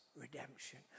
redemption